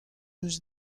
eus